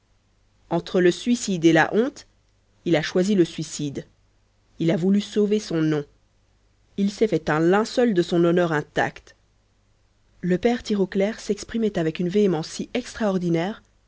entre le suicide et la honte il a choisi le suicide il a voulu sauver son nom il s'est fait un linceul de son honneur intact le père tirauclair s'exprimait avec une véhémence si extraordinaire